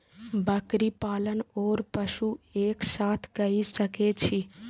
बकरी पालन ओर पशु एक साथ कई सके छी?